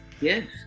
Yes